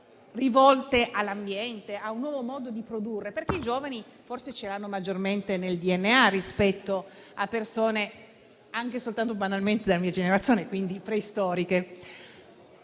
rivolte all'ambiente, a un nuovo modo di produrre, perché i giovani forse ce l'hanno maggiormente nel DNA rispetto ad altre persone, anche soltanto della mia generazione, e quindi preistoriche.